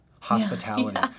hospitality